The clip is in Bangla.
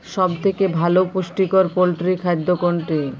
সব থেকে ভালো পুষ্টিকর পোল্ট্রী খাদ্য কোনটি?